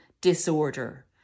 disorder